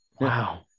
wow